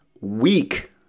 Week